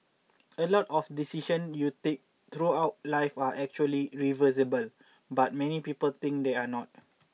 a lot of decision you take throughout life are actually reversible but many people think they're not